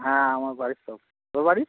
হ্যাঁ আমার বাড়ির সব তোর বাড়ির